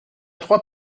trois